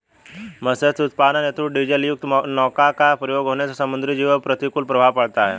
मत्स्य उत्पादन हेतु डीजलयुक्त नौका का प्रयोग होने से समुद्री जीवों पर प्रतिकूल प्रभाव पड़ता है